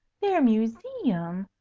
their museum!